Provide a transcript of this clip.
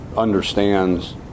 Understands